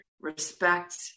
respect